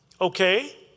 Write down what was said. okay